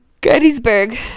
Gettysburg